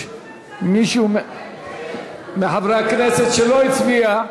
יש מישהו מחברי הכנסת שלא הצביע